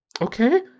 Okay